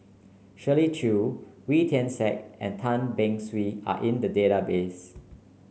Shirley Chew Wee Tian Siak and Tan Beng Swee are in the database